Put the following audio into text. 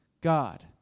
God